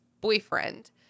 boyfriend